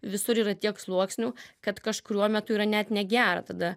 visur yra tiek sluoksnių kad kažkuriuo metu yra net negera tada